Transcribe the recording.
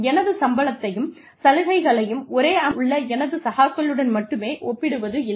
எனது சம்பளத்தையும் சலுகைகளையும் ஒரே அமைப்பில் உள்ள எனது சகாக்களுடன் மட்டுமே ஒப்பிடுவது இல்லை